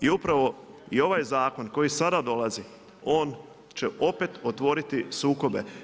I upravo i ovaj zakon koji sada dolazi on će opet otvoriti sukobe.